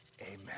Amen